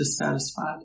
dissatisfied